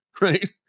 right